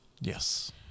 Yes